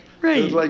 Right